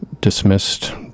dismissed